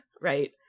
right